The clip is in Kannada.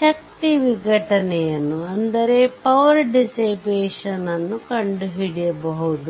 ಶಕ್ತಿ ವಿಘಟನೆಯನ್ನು ಕಂಡು ಹಿಡಿಯಬಹುದು